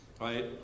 right